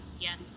yes